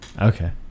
Okay